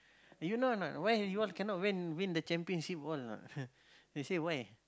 do you know or not why you all cannot win win the championship all or not they said why